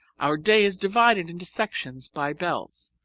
our day is divided into sections by bells.